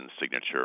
signature